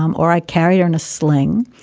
um or i carried her in a sling.